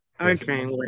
Okay